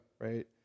right